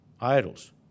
idols